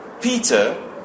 Peter